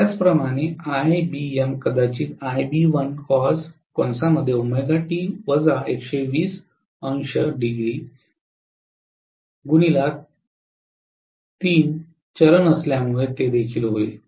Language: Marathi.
त्याचप्रमाणे ibm कदाचित 3 चरण असल्यामुळे ते देखील होईल